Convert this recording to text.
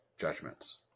judgments